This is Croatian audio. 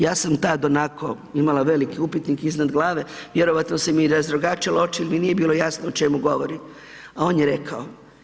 Ja sam tad onako imala veliki upitnik iznad glave, vjerojatno sam i razrogačila oči jer mi nije bilo jasno o čemu govori, a on je rekao.